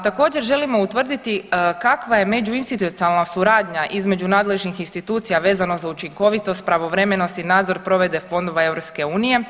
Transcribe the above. Također želimo utvrditi kakva je međuinstitucionalna suradnja između nadležnih institucija vezano za učinkovitost, pravovremenost i nadzor provedbe fondova EU.